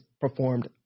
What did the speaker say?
performed